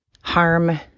harm